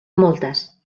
moltes